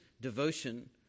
devotion